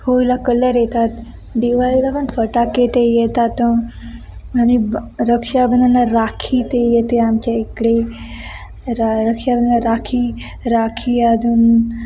होळीला कलर येतात दिवाळीला पण फटाके ते येतात आणि ब रक्षाबंधना राखी ते येते आमच्या इकडे रा रक्षाबंधना राखी राखी अजून